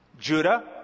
Judah